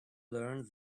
learned